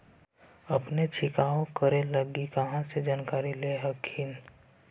अपने छीरकाऔ करे लगी कहा से जानकारीया ले हखिन?